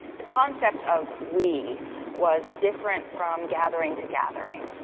the concept of we was different from gathering to gathering,